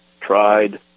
tried